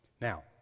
Now